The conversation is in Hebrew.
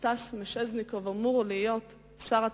סטס מיסז'ניקוב אמור להיות שר התיירות,